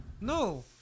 no